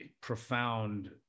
profound